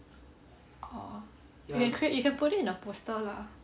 orh you can create you can put it in the poster lah